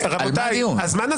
על מה הדיון?